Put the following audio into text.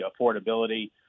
affordability